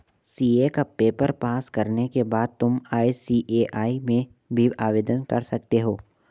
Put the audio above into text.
CA का paper pass करने के बाद तुम आई.सी.ए.आई में भी आवेदन कर सकते हो